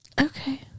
okay